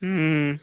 ਹੂੰ